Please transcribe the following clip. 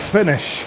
finish